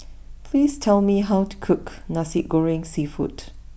please tell me how to cook Nasi Goreng Seafood